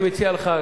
אני מציע לך,